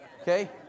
Okay